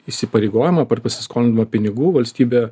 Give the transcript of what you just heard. įsipareigojimą pasiskolindama pinigų valstybė